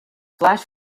flash